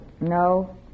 No